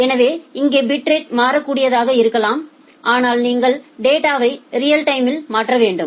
எனவே இங்கே பிட்ரேட் மாறக்கூடியதாக இருக்கலாம் ஆனால் நீங்கள் டேட்டாவை ரியல் டைமில் மாற்ற வேண்டும்